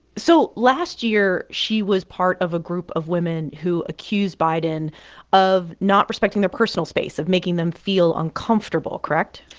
so last year, she was part of a group of women who accused biden of not respecting their personal space, of making them feel uncomfortable, correct?